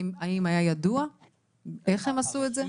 האם היה ידוע איך הם עשו את זה?